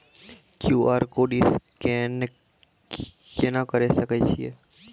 QR code scan केना करै सकय छियै?